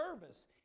service